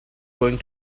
going